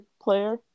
player